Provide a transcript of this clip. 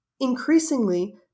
increasingly